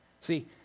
See